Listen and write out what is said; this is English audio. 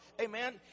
Amen